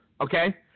okay